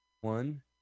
one